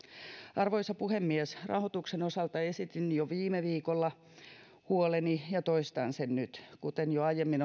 arvoisa puhemies rahoituksen osalta esitin jo viime viikolla huoleni ja toistan sen nyt kuten jo aiemmin